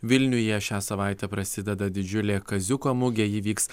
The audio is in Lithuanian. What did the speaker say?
vilniuje šią savaitę prasideda didžiulė kaziuko mugė ji vyks